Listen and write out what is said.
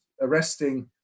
arresting